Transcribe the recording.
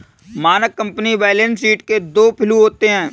मानक company balance sheet के दो फ्लू होते हैं